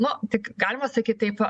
nu tik galima sakyt taip